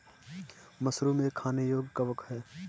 mushroom एक खाने योग्य कवक है